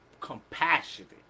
compassionate